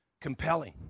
compelling